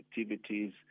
activities